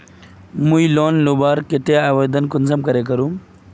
मुई लोन लुबार केते आवेदन कुंसम करे करूम?